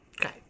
Okay